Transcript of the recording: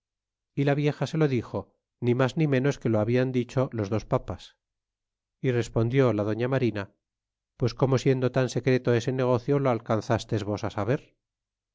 y la vieja se lo dixo ni mas ni ménos que lo hablan dicho los dos papas é respondió la doña marina pues como siendo tan secreto ese negocio lo alcanzastes vos saber